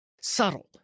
subtle